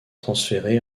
transférés